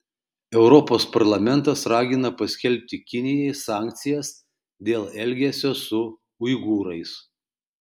europos parlamentas ragina paskelbti kinijai sankcijas dėl elgesio su uigūrais